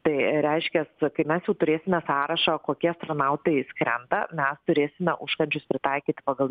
tai reiškias mes jau turėsime sąrašą kokie astronautai skrenda mes turėsime užkandžius pritaikyt pagal